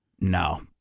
no